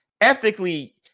ethically